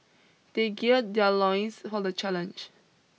they geared their loins for the challenge